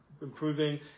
improving